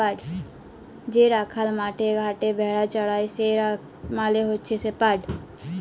যে রাখাল মাঠে ঘাটে ভেড়া চরাই সে মালে হচ্যে শেপার্ড